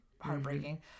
heartbreaking